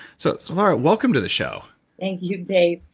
so so laura, welcome to the show thank you dave.